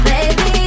Baby